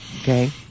okay